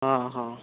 ᱦᱮᱸ ᱦᱮᱸ